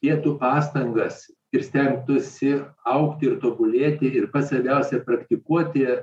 dėtų pastangas ir stengtųsi augti ir tobulėti ir pats svarbiausia praktikuoti